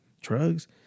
drugs